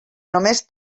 només